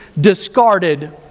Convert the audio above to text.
discarded